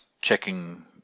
checking